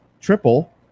triple